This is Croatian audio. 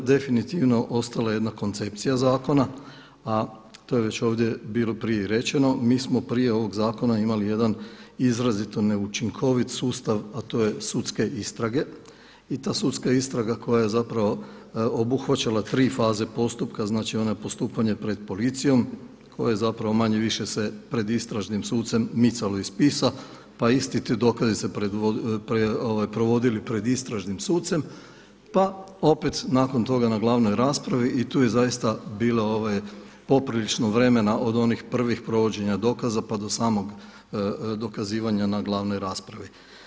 Definitivno je ostala jedna koncepcija zakona, a to je već ovdje bilo prije i rečeno, mi smo prije ovog zakona imali jedan izrazito neučinkovit sustav, a to je sudske istrage i ta sudska istraga koja je obuhvaćala tri faze postupka, znači ono postupanje pred policijom koja se manje-više pred istražnim sucem micalo iz spisa, pa isti ti dokazi se provodili pred istražnim sucem, pa opet nakon toga na glavnoj raspravi i tu je zaista bilo poprilično vremena od onih prvih provođenja dokaza pa do samog dokazivanja na glavnoj raspravi.